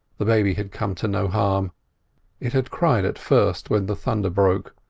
the baby had come to no harm it had cried at first when the thunder broke,